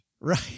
Right